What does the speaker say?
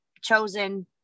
chosen